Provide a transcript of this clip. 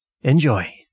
Enjoy